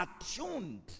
attuned